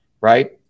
right